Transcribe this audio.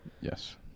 Yes